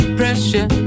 pressure